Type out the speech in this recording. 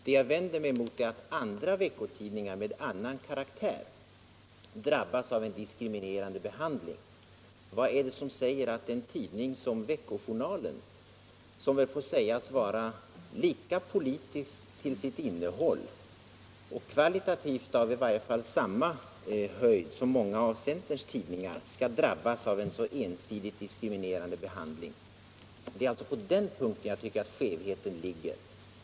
Det jag vänder mig mot är att veckotidningar med annan karaktär drabbas av en diskriminerande handling. Vad är det som säger att en sådan tidning som Veckojournalen som väl får sägas vara lika politisk till sitt innehåll — kvalitativt har den väl i varje fall samma nivå som många av centerns tidningar — skall drabbas av en ensidigt diskriminerande behandling? Det är alltså på den punkten jag tycker att skevheten ligger.